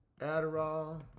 Adderall